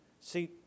See